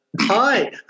Hi